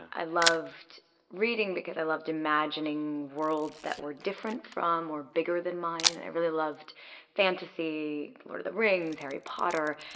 i loved reading because i loved imagining worlds that were different from or bigger than mine. i really loved fantasy lord of the rings, harry potter.